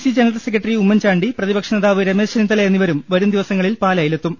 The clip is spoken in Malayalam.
C general secretary Oommen Chandy പ്രതിപക്ഷ നേതാവ് രമേശ് ചെന്നിത്തല എന്നിവരും വരും ദിവസങ്ങളിൽ പാലായിലെത്തും